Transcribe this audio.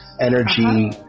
energy